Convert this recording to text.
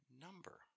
number